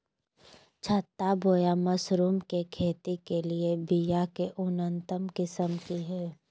छत्ता बोया मशरूम के खेती के लिए बिया के उन्नत किस्म की हैं?